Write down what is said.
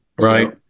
Right